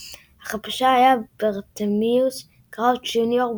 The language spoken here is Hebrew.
אך הפושע היה ברטמיוס קראוץ' ג׳וניור,